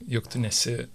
jog tu nesi